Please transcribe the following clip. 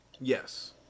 Yes